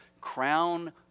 crown